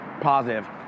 positive